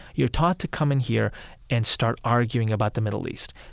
you're taught to come in here and start arguing about the middle east.